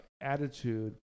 attitude